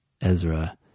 Ezra